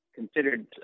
considered